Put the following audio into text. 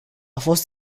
fost